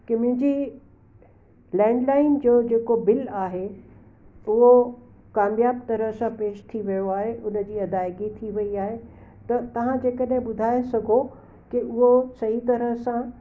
कि मुंहिंजी land line जो जेको बिल आहे उहो कामयाब तरह सां पेश थी वियो आहे हुनजी अदायगी थी वेई आहे त तव्हां जेकॾहिं ॿुधाए सघो कि उहो सही तरह सां